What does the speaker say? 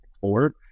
forward